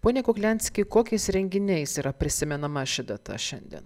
ponia kukliansky kokiais renginiais yra prisimenama ši data šiandien